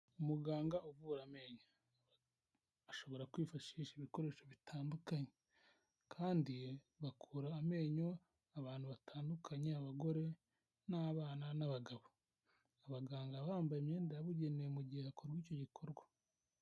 Umuganga uvura amenyo ashobora kwifashisha ibikoresho bitandukanye, kandi bakura amenyo abantu batandukanye: abagore, n'abana n'abagabo, abaganga bambaye imyenda yabugenewe mu gihe hakorwa icyo gikorwa.